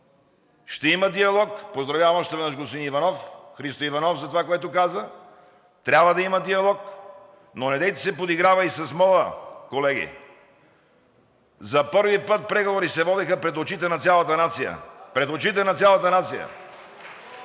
Ще има диалог – поздравявам още веднъж господин Христо Иванов за това, което каза, трябва да има диалог, но недейте се подиграва и с мола, колеги. За първи път преговори се водеха пред очите на цялата нация! Пред очите на цялата нация!